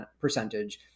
percentage